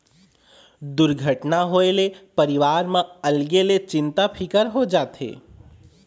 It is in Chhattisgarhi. दुरघटना होए ले परिवार म अलगे ले चिंता फिकर हो जाथे